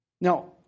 Now